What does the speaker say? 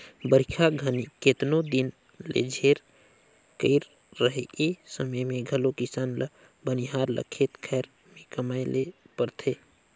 बरिखा घनी केतनो दिन ले झेर कइर रहें ए समे मे घलो किसान ल बनिहार ल खेत खाएर मे कमाए ले परथे